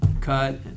cut